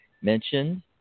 mentioned